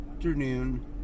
afternoon